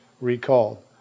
recalled